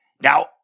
Now